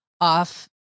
off